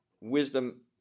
wisdom